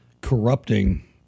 corrupting